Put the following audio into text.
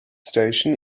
station